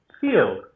field